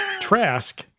Trask